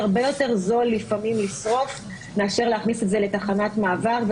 הרבה יותר זול לפעמים לשרוף מאשר להכניס את זה לתחנת מעבר,